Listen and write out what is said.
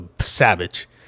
savage